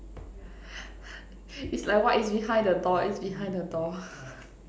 is like what is behind the door is behind the door